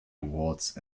awards